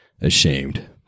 ashamed